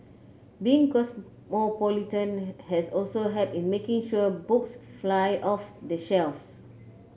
being cosmopolitan has also helped in making sure books fly off the shelves